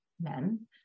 men